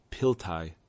Piltai